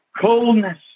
Coldness